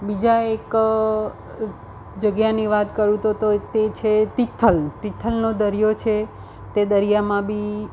બીજા એક જગ્યાની વાત કરું તો તો તે છે તિથલ તિથલનો દરિયો છે તે દરિયામાં બિ